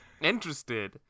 interested